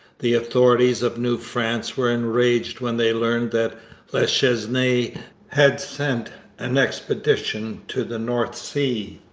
the authorities of new france were enraged when they learned that la chesnaye had sent an expedition to the north sea.